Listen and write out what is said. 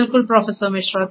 बिल्कुल प्रोफेसर मिश्रा